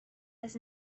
has